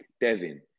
devin